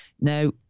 Now